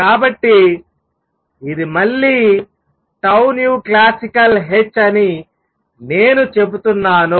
కాబట్టి ఇది మళ్ళీ classicalh అని నేను చెప్తున్నాను